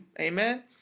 Amen